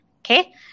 okay